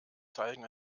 zeigen